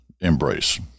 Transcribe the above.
embrace